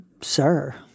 sir